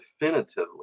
definitively